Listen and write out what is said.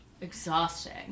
Exhausting